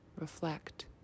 reflect